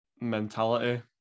Mentality